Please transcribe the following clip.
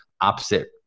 opposite